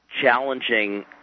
challenging